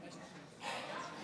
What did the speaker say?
אני